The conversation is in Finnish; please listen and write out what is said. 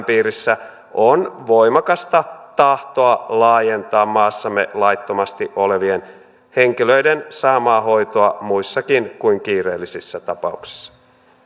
piirissä on voimakasta tahtoa laajentaa maassamme laittomasti olevien henkilöiden saamaa hoitoa muissakin kuin kiireellisissä tapauksissa